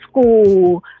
school